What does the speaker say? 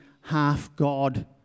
half-God